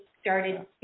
started